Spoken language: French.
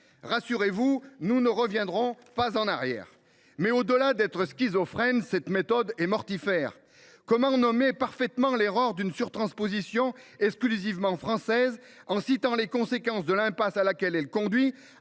Rassurez vous : nous ne reviendrons pas en arrière… Au delà d’être schizophrène, cette méthode est mortifère. Comment nommer parfaitement l’erreur d’une surtransposition exclusivement française, en citant les conséquences de l’impasse à laquelle elle conduit,